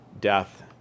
death